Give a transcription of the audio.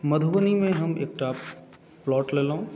मधुबनीमे हम एकटा प्लॉट लेलहुँ